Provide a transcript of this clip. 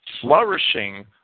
flourishing